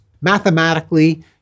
Mathematically